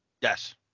Yes